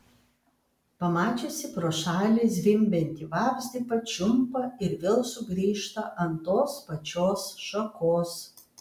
pamačiusi pro šalį zvimbiantį vabzdį pačiumpa ir vėl sugrįžta ant tos pačios šakos